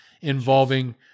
involving